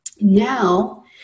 Now